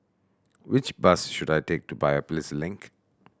which bus should I take to Biopolis Link